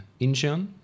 Incheon